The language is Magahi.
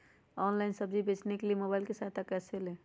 ऑनलाइन सब्जी बेचने के लिए मोबाईल की सहायता कैसे ले?